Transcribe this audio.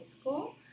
school